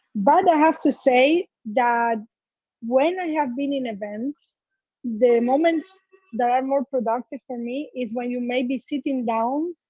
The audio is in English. but i have to say that when i have been in events the moments that are more productive for me is when you may be sitting down,